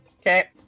Okay